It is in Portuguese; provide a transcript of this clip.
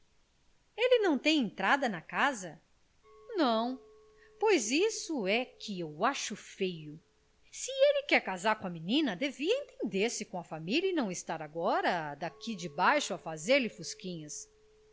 ele não tem entrada na casa não pois isso é que eu acho feio se ele quer casar com a menina devia entender-se com a família e não estar agora daqui debaixo a fazer-lhe fosquinhas